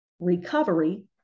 recovery